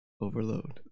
Overload